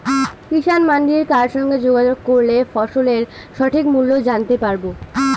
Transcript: কিষান মান্ডির কার সঙ্গে যোগাযোগ করলে ফসলের সঠিক মূল্য জানতে পারবো?